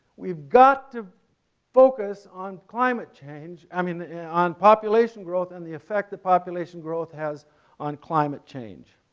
we've got to focus on climate change, i mean on population growth and the effect that population growth has on climate change.